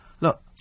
Look